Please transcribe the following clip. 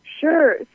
Sure